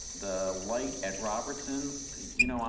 the light at robertson, you know,